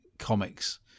comics